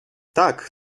tak